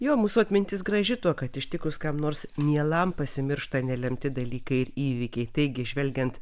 jo mūsų atmintis graži tuo kad ištikus kam nors mielam pasimiršta nelemti dalykai įvykiai taigi žvelgiant